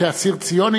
כאסיר ציון,